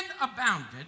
abounded